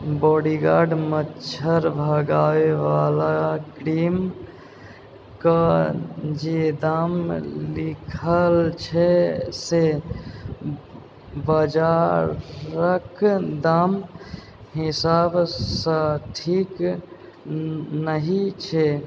bodyguard मच्छर भगाबयवला क्रीमके जे दाम लिखल छै से बजारके दाम हिसाबसँ ठीक नहि छै